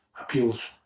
appeals